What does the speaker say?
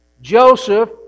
Joseph